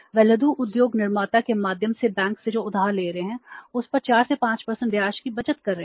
वह लघु उद्योग निर्माता के माध्यम से बैंक से जो उधार ले रहे हैं उस पर 4 से 5 ब्याज की बचत कर रहे हैं